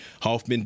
Hoffman